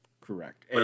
Correct